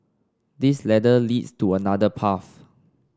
this ladder leads to another path